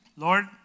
Lord